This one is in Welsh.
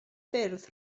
ffyrdd